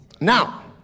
Now